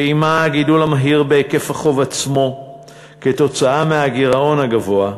ועמה הגידול המהיר בהיקף החוב עצמו כתוצאה מהגירעון הגבוה,